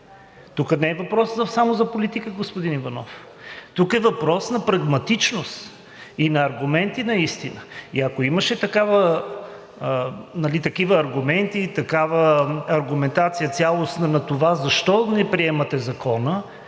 Тук не е въпрос само за политика, господин Иванов. Тук е въпрос на прагматичност и на аргументи наистина. Ако имаше такива аргументи, такава цялостна аргументация на това защо не приемате закона